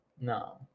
No